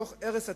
מתוך הרס עצמי,